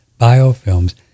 biofilms